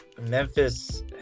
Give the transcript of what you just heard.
Memphis